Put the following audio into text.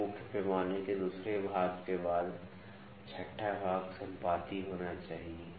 तो मुख्य पैमाने के दूसरे भाग के बाद छठा भाग संपाती होना चाहिए